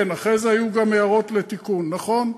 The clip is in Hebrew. כן, אחרי זה היו גם הערות לתיקון, נכון.